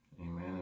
amen